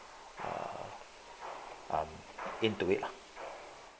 uh um into it lah